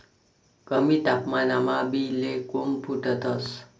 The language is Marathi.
कमी तापमानमा बी ले कोम फुटतंस